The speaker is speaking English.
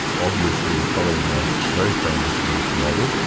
obviously following a very famous greek model.